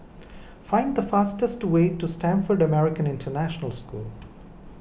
find the fastest way to Stamford American International School